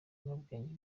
n’ubwenge